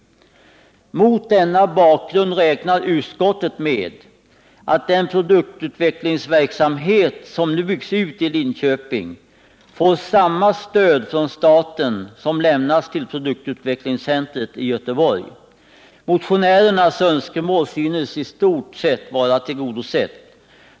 Mot denna bakgrund räknar utskottet med att den produktutvecklingsverksamhet som nu byggs ut i Linköping får samma stöd från staten som lämnas till produktutvecklingscentret i Göteborg. Motionärernas önskemål synes i stort sett vara tillgodosett.